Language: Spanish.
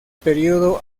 período